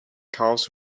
cows